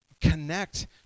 connect